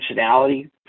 functionality